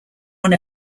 one